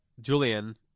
Julian